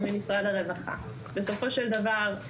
בסופו של דבר,